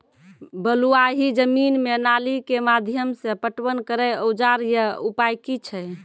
बलूआही जमीन मे नाली के माध्यम से पटवन करै औजार या उपाय की छै?